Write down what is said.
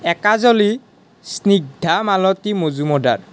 Ekajali Snigdhamalati Majumdar